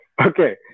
Okay